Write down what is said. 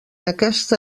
aquesta